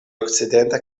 okcidenta